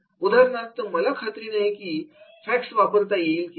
उदाहरणार्थ मला खात्री नाही की मला फॅक्स वापरता येईल की नाही